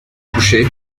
coucher